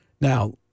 Now